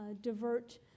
divert